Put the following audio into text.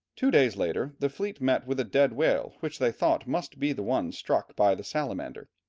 two days later, the fleet met with a dead whale which they thought must be the one struck by the salamander.